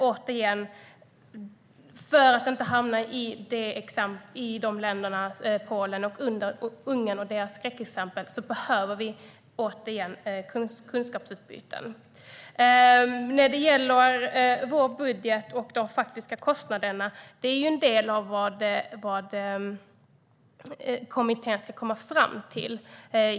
Återigen: För att inte hamna i samma situation som i skräckexemplen Polen och Ungern behöver vi kunskapsutbyten. När det gäller vår budget och de faktiska kostnaderna är detta en del av det som kommittén ska komma fram till.